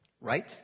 Right